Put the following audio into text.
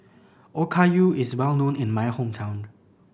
okayu is well known in my hometown